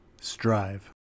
strive